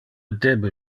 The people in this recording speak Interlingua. debe